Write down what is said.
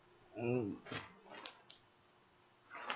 mm